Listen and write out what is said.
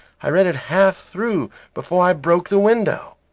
i read it half through before i broke the window.